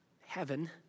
heaven